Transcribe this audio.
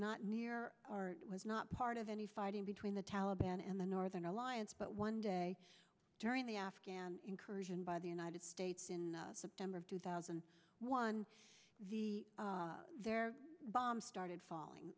not near or was not part of any fighting between the taliban and the northern alliance but one day during the afghan incursion by the united states in september of two thousand and one the their bombs started falling